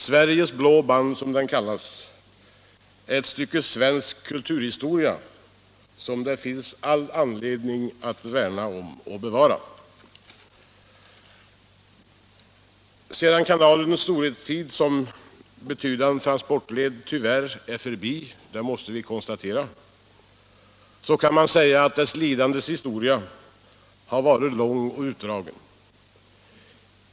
Sveriges blå band, som den kallas, är ett stycke svensk kulturhistoria, som det finns all anledning att värna om och bevara. Sedan kanalens storhetstid som en betydande transportled nu tyvärr är förbi — det måste vi konstatera — kan man säga att dess lidandes historia har varit lång och utdragen.